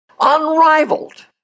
unrivaled